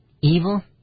Evil